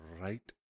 Right